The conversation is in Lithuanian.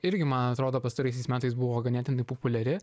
irgi man atrodo pastaraisiais metais buvo ganėtinai populiari